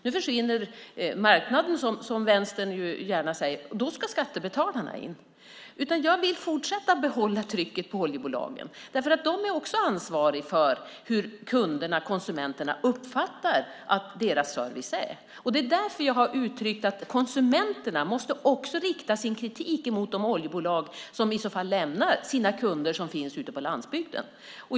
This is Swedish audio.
Nu försvinner marknaden - som Vänstern gärna säger - och då ska skattebetalarna in. Jag vill behålla trycket på oljebolagen. De är också ansvariga för hur kunderna, konsumenterna, uppfattar att deras service är. Det är därför jag har uttryckt att konsumenterna också måste rikta sin kritik mot de oljebolag som i så fall lämnar sina kunder som finns ute på landsbygden.